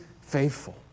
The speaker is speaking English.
faithful